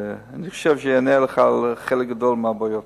ואני חושב שיענה לך על חלק גדול מהבעיות.